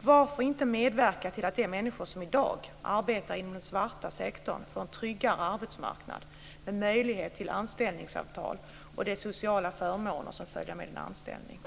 Varför inte medverka till att de människor som i dag arbetar inom den svarta sektorn får en tryggare arbetsmarknad med möjlighet till anställningsavtal och de sociala förmåner som följer med en anställning?